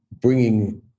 bringing